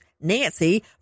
nancy